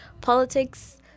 politics